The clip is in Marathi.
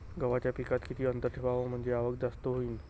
गव्हाच्या पिकात किती अंतर ठेवाव म्हनजे आवक जास्त होईन?